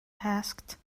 asked